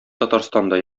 татарстанда